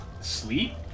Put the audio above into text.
sleep